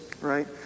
right